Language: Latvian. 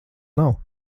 nav